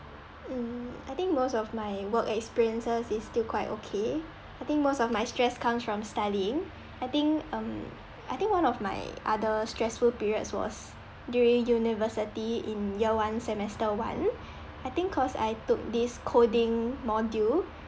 mm I think most of my work experiences is still quite okay I think most of my stress comes from studying I think um I think one of my other stressful periods was during university in year one semester one I think cause I took this coding module